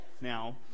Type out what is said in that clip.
now